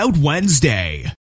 Wednesday